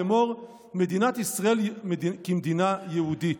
לאמור: 'מדינת ישראל כמדינה יהודית'".